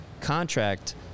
contract